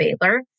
Baylor